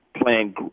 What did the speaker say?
Playing